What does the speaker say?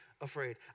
afraid